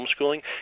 homeschooling